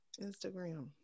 Instagram